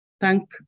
thank